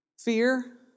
fear